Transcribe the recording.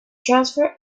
transform